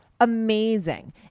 amazing